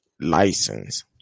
license